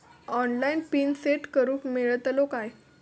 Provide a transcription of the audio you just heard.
Online PIN set करूक मेलतलो काय?